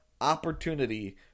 opportunity